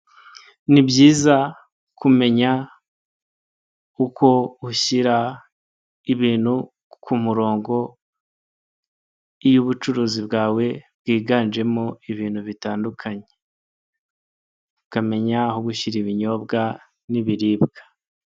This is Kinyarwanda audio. Nibyiza kumenya uko ushyira ibintu ku murongo iyo ubucuruzi bwawe bwiganjemo ibintu bitandukanye ukamenya aho gushyira ibinyobwa n'ibiribwa.